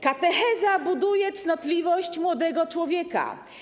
Katecheza buduje cnotliwość młodego człowieka.